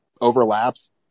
overlaps